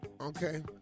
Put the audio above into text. Okay